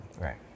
Right